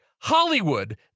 Hollywood